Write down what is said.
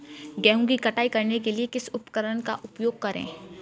गेहूँ की कटाई करने के लिए किस उपकरण का उपयोग करें?